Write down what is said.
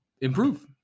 improve